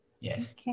yes